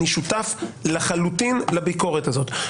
אני שותף לחלוטין לביקורת הזאת.